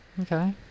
Okay